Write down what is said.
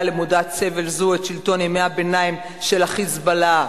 למודת סבל זו את שלטון ימי הביניים של ה"חיזבאללה".